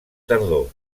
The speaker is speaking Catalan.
tardor